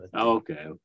Okay